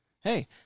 Hey